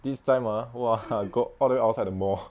this time ah !wah! go all the way outside the mall